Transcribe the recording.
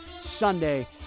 Sunday